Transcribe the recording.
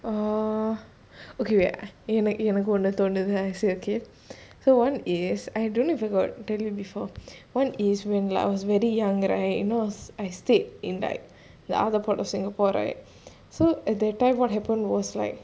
err okay wait எனக்குஒன்னுதோணுது:enaku onnu thonuthu I say okay so one is I don't know if got tell you before one is when I was very young right you know I stayed in like the of singapore right so at that time what happened was like